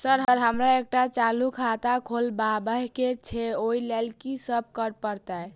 Sir हमरा एकटा चालू खाता खोलबाबह केँ छै ओई लेल की सब करऽ परतै?